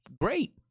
great